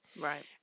Right